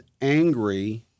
angry